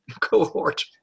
cohort